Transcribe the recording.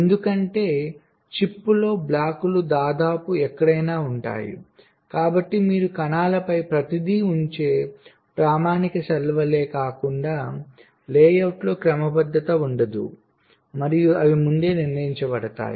ఎందుకంటే చిప్లో బ్లాక్లు దాదాపు ఎక్కడైనా ఉంటాయి కాబట్టి మీరు కణాలపై ప్రతిదీ ఉంచే ప్రామాణిక సెల్ వలె కాకుండా లేఅవుట్లో క్రమబద్ధత ఉండదు మరియు అవి ముందే నిర్ణయించబడ్డాయి